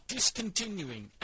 Discontinuing